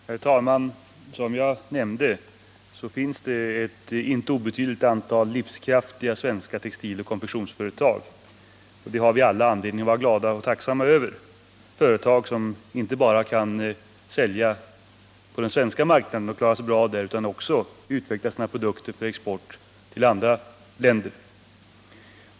Herr talman! Som jag nämnde finns det ett inte obetydligt antal livskraftiga textiloch konfektionsföretag. Vi har alla anledning att vara glada och tacksamma för företag som inte bara kan sälja på den svenska marknaden och klara sig bra där utan också kan utveckla produkter för export till andra länder.